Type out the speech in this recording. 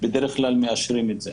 בדרך כלל מאשרים את זה.